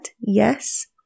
yes